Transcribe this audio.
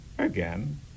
again